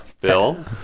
Bill